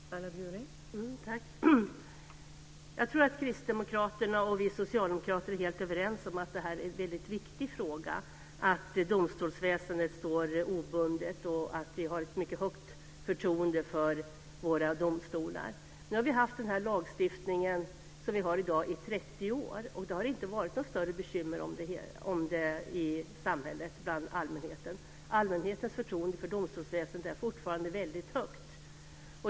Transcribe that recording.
Fru talman! Jag tror att kristdemokraterna och vi socialdemokrater är helt överens om att det är en väldigt viktig fråga att domstolsväsendet står obundet och att vi har ett mycket högt förtroende för våra domstolar. Nu har vi haft den lagstiftning som vi har i dag i 30 år, och det har inte varit några större bekymmer för detta i samhället, bland allmänheten. Allmänhetens förtroende för domstolsväsendet är fortfarande väldigt högt.